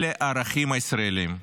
אלה הערכים הישראליים.